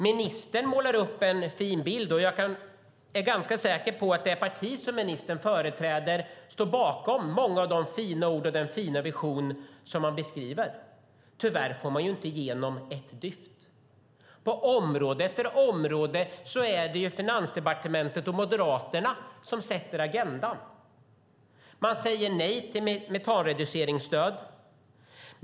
Ministern målar upp en fin bild, och jag är ganska säker på att det parti som ministern företräder står bakom många av de fina orden och den fina vision som han beskriver. Tyvärr får man inte igenom ett dyft. På område efter område är det ju Finansdepartementet och Moderaterna som sätter agendan. Man säger nej till metanreduceringsstöd.